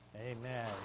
Amen